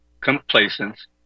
complacence